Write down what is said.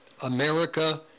America